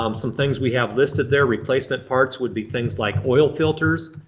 um some things we have listed there replacement parts would be things like oil filters,